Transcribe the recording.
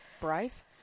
brave